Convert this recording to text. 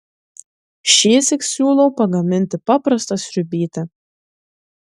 šįsyk siūlau pagaminti paprastą sriubytę